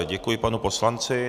Děkuji panu poslanci.